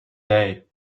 day